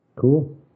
cool